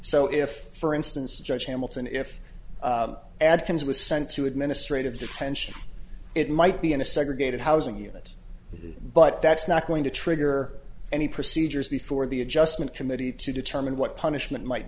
so if for instance judge hamilton if adams was sent to administrative detention it might be in a segregated housing unit but that's not going to trigger any procedures before the adjustment committee to determine what punishment might